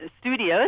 studios